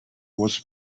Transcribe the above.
was